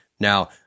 Now